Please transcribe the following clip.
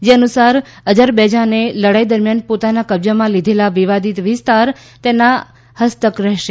જે અનુસાર અજરબૈજાને લડાઈ દરમિયાન પોતાના કબજામાં લીધેલા વિવાદીત વિસ્તાર તેના હસ્તક્ષ રહેશે